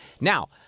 Now